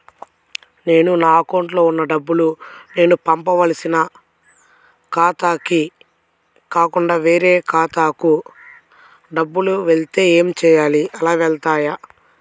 నేను నా అకౌంట్లో వున్న డబ్బులు నేను పంపవలసిన ఖాతాకి కాకుండా వేరే ఖాతాకు డబ్బులు వెళ్తే ఏంచేయాలి? అలా వెళ్తాయా?